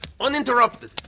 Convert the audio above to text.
Uninterrupted